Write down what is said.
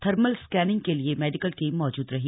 thermal scanning के लिए medical team मौजूद रही